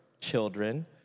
children